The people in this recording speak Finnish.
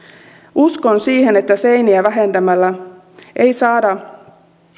uskon siihen että seiniä vähentämällä ei saada